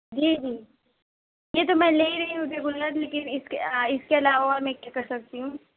جی جی یہ تو میں لے ہی رہی ہوں لیکن اِس کے آ اِس کے علاوہ میں کیا کر سکتی ہوں